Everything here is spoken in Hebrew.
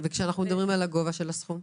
וכשאנחנו מדברים על הגובה של הסכום?